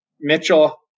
Mitchell